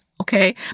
okay